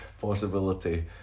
possibility